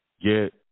get